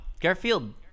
Garfield